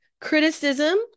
criticism